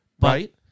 Right